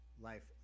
life